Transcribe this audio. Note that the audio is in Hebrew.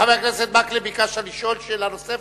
חבר הכנסת מקלב, ביקשת לשאול שאלה נוספת?